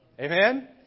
Amen